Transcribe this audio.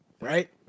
right